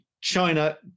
China